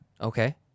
Okay